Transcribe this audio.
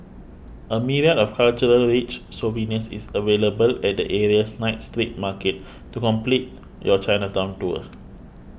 a myriad of cultural rich souvenirs is available at the area's night street market to complete your Chinatown tour